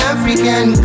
African